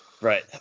right